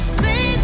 see